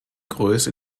größe